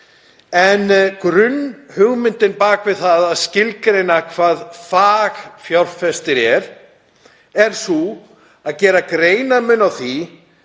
Grunnhugmyndin á bak við að skilgreina hvað fagfjárfestir er er að gera greinarmun á því